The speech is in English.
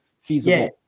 feasible